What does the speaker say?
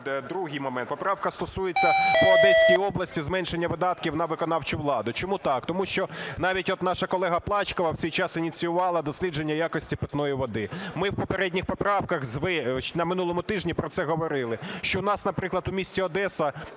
Другий момент. Поправка стосується по Одеській області зменшення видатків на виконавчу владу. Чому так? Тому що навіть от наша колега Плачкова в свій час ініціювала дослідження якості питної води. Ми в попередніх поправках на минулому тижні про це говорили, що в нас, наприклад, в місті Одеса